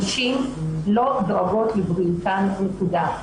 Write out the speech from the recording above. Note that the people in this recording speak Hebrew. נשים לא דואגות לבריאותן, נקודה.